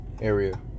area